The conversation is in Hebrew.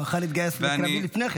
הוא בחר להתגייס לקרבי לפני כן.